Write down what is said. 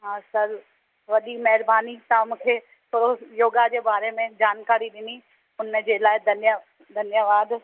हा सर वॾी महिरबानी तव्हां मूंखे थोरो योगा जे बारे में जानकारी ॾिनी उन जे लाइ धन्यवाद